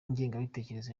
ingengabitekerezo